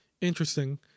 interesting